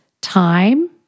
time